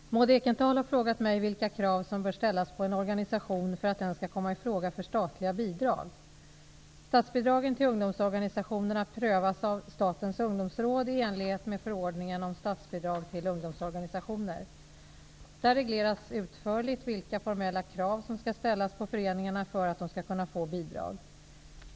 Herr talman! Maud Ekendahl har frågat mig vilka krav som bör ställas på en organisation för att den skall komma i fråga för statliga bidrag. Statsbidragen till ungdomsorganisationerna prövas av Statens Ungdomsråd i enlighet med förordningen om statsbidrag till ungdomsorganisationer. Dör regleras utförligt vilka formella krav som skall ställas på föreningarna för att de skall kunna få bidrag.